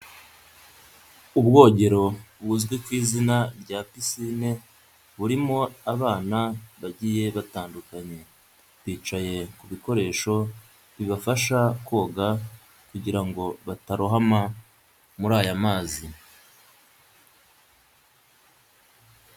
Ubwogero buzwi ku izina rya Piscine, burimo abana bagiye batandukanye. Bicaye ku bikoresho bibafasha koga kugira ngo batarohama muri aya mazi.